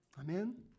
Amen